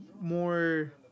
more